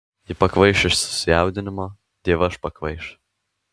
ji pakvaiš iš susijaudinimo dievaž pakvaiš